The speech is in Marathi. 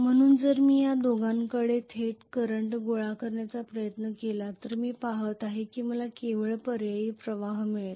म्हणून जर मी या दोघांकडून थेट करंट गोळा करण्याचा प्रयत्न केला तर मी पाहत आहे की मला केवळ पर्यायी प्रवाह मिळेल